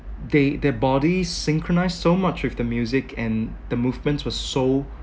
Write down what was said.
they their bodies synchronised so much with the music and the movements was so